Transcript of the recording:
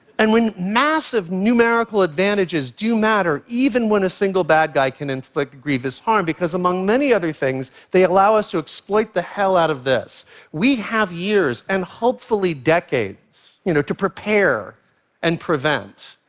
and massive numerical advantages do matter, even when a single bad guy can inflict grievous harm, because among many other things, they allow us to exploit the hell out of this we have years and hopefully decades you know to prepare and prevent.